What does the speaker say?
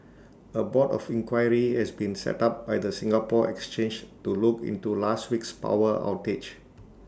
A board of inquiry has been set up by the Singapore exchange to look into last week's power outage